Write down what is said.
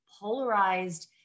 polarized